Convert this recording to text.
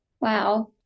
Wow